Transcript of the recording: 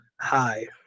Hi